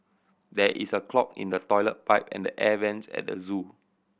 there is a clog in the toilet pipe and the air vents at the zoo